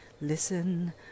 Listen